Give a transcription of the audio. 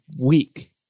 week